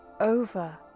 over